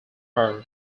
earl